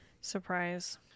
Surprise